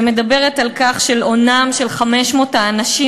שמדברת על כך שהונם של 500 האנשים